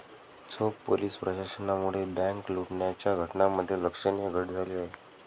चोख पोलीस प्रशासनामुळे बँक लुटण्याच्या घटनांमध्ये लक्षणीय घट झाली आहे